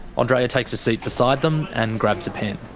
andreea takes a seat beside them and grabs a pen.